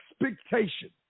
expectation